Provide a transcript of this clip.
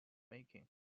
making